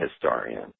historian